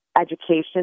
education